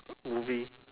movie